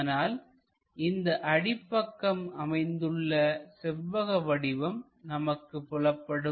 ஆனால் இந்த அடிப்பக்கம் அமைந்துள்ள செவ்வக வடிவம் நமக்கு புலப்படும்